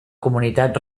comunitat